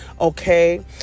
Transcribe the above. Okay